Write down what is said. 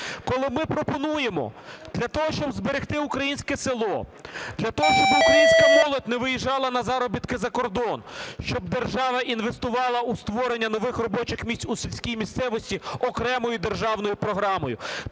коли ми пропонуємо для того, щоб зберегти українське село, для того, щоб українська молодь не виїжджала на заробітки за кордон, щоб держава інвестувала у створення нових робочих місць у сільській місцевості окремою державною програмою.